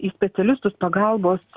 į specialistus pagalbos